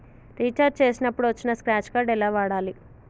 Recharge చేసినప్పుడు వచ్చిన scratch card ఎలా వాడాలి?